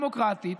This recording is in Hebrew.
דמוקרטית,